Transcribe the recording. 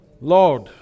Lord